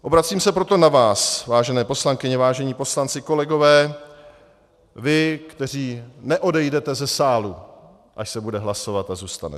Obracím se proto na vás, vážené poslankyně, vážení poslanci, kolegové, vy, kteří neodejdete ze sálu, až se bude hlasovat, a zůstanete.